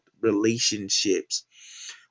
relationships